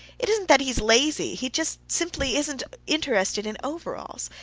it isn't that he is lazy he just simply isn't interested in overalls.